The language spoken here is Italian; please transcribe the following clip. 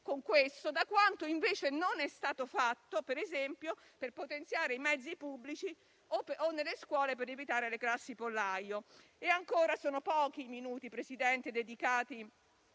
da quanto, invece, non è stato fatto, per esempio, per potenziare i mezzi pubblici o nelle scuole per evitare le classi pollaio. Sono pochi, Presidente, i minuti